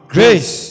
Grace